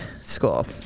school